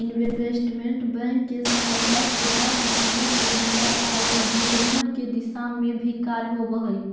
investment bank के सहायता से बड़ा कंपनी के विलय आउ अधिग्रहण के दिशा में भी कार्य होवऽ हइ